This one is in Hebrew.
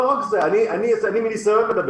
לא רק זה, אני מדבר מניסיון.